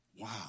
Wow